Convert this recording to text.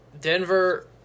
Denver